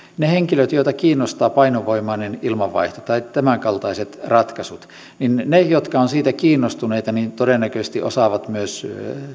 on henkilöitä joita kiinnostaa painovoimainen ilmanvaihto tai tämänkaltaiset ratkaisut niin uskon että ne jotka ovat siitä kiinnostuneita todennäköisesti osaavat myös